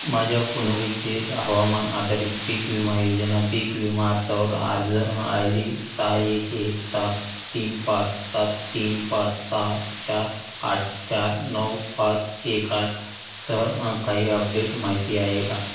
माझ्या पुनर्रचित हवामान आधारित पीक विमा योजना पीक विमा अर्जावर अर्ज आय डी सहा एक एक सात तीन पाच सात तीन पाच सहा चार आठ चार नऊ पाच एक आठ सह काही अपडेट माहिती आहे का